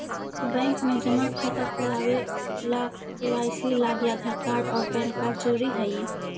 bank में जमा खाता खुलावे ला के.वाइ.सी लागी आधार कार्ड और पैन कार्ड ज़रूरी हई